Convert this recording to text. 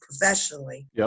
professionally